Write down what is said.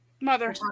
Mother